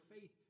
faith